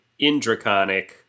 Indraconic